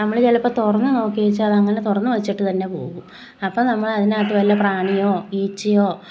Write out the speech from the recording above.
നമ്മൾ ചിലപ്പം തുറന്ന് നോക്കിയേച്ച് അത് അങ്ങനെ തന്നെ തുറന്ന് വെച്ചിട്ട് തന്നെ പോകും അപ്പം നമ്മൾ അതിനകത്ത് വല്ല പ്രാണിയോ ഈച്ചയോ